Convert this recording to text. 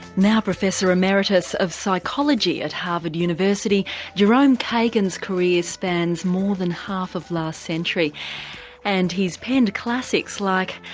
now professor emeritus of psychology at harvard university jerome kagan's career spans more than half of last century and he's penned classics like,